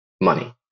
money